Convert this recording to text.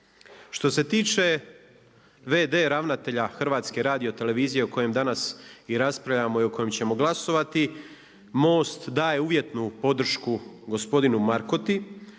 Što se tiče v.d. ravnatelja HRT-a o kojem danas i raspravljamo i o kojem ćemo glasovati MOST daje uvjetnu podršku gospodinu Markoti.